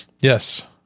Yes